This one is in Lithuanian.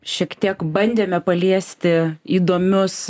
šiek tiek bandėme paliesti įdomius